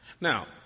Now